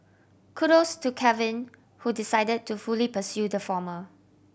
Kudos to Kevin who decided to fully pursue the former